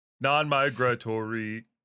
Non-migratory